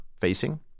facing